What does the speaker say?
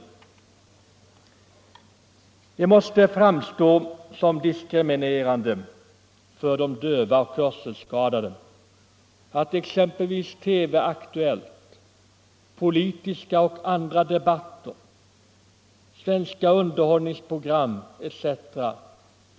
Det måste framstå som diskriminerande för de döva och hörselskadade att exempelvis TV-Aktuellt, politiska och andra debatter, svenska underhållningsprogram etc.